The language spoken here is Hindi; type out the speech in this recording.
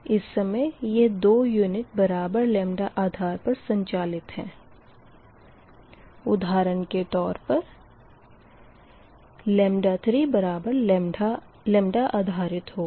इस समय यह दो यूनिट बराबर λ आधार पर संचालित है उधारण के तौर पर 3 बराबर आधारित होगा